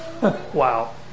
Wow